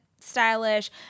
stylish